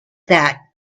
that